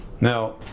Now